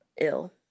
ill